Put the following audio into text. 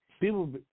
people